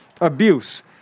abuse